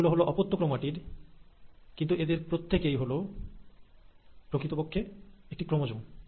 এগুলো হলো অপত্য ক্রোমাটিড কিন্তু এদের প্রত্যেকেই হলো প্রকৃতপক্ষে একটি ক্রোমোজোম